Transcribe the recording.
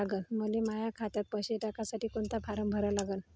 मले माह्या खात्यात पैसे टाकासाठी कोंता फारम भरा लागन?